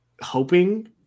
hoping